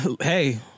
Hey